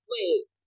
wait